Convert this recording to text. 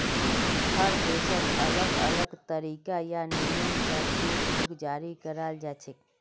हर देशत अलग अलग तरीका या नियम स चेक बुक जारी कराल जाछेक